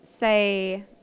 say